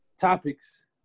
topics